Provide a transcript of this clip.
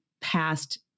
past